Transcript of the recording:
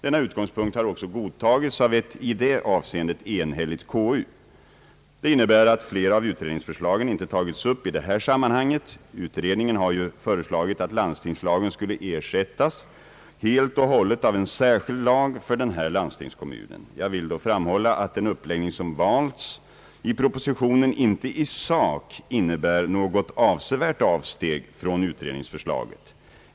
Denna utgångspunkt har också godtagits av ett i det avseendet enhälligt konstitutionsutskott. Detta innebär att flera av utredningsförslagen inte tagits upp i det här sammanhanget. Utredningen har ju föreslagit att landstingslagen skulle ersättas helt och hållet av en särskild lag för den här landstingskommunen. Jag vill då framhålla att den uppläggning som valts i propositionen inte i sak innebär något avsevärt avsteg från utredningsförslaget.